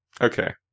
Okay